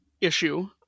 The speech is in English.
issue